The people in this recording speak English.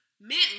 mint